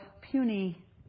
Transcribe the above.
puny